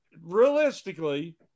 realistically